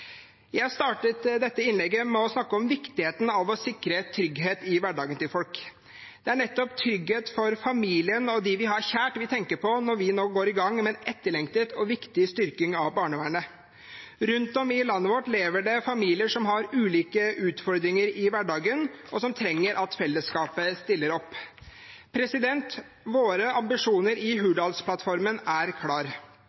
Jeg startet dette innlegget med å snakke om viktigheten av å sikre trygghet i hverdagen til folk. Det er nettopp trygghet for familien og dem vi har kjær, vi tenker på når vi nå går i gang med en etterlengtet og viktig styrking av barnevernet. Rundt om i landet vårt lever det familier som har ulike utfordringer i hverdagen, og som trenger at fellesskapet stiller opp. Våre ambisjoner i